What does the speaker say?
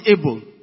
able